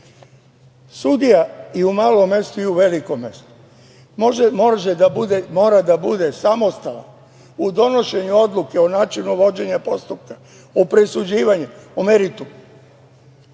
i u malom mestu i u velikom mestu mora da bude samostalan u donošenju odluke, u načinu vođenja postupka, u presuđivanju, u meritumu,